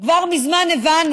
כבר מזמן הבנו